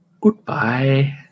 Goodbye